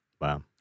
Wow